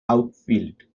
outfield